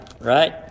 Right